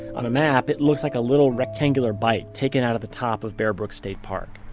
on a map, it looks like a little rectangular bite taken out of the top of bear brook state park